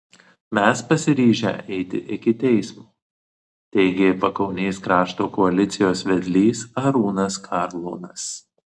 mes pasiryžę eiti iki teismo teigė pakaunės krašto koalicijos vedlys arūnas karlonas